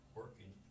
working